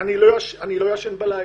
"אני לא ישן בלילה,